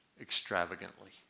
extravagantly